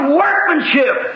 workmanship